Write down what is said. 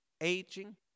aging